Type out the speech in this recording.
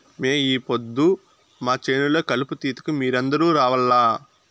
మే ఈ పొద్దు మా చేను లో కలుపు తీతకు మీరందరూ రావాల్లా